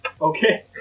Okay